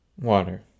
Water